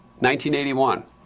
1981